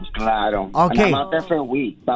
Okay